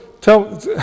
tell